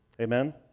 amen